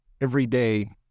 everyday